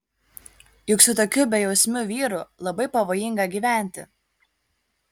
juk su tokiu bejausmiu vyru labai pavojinga gyventi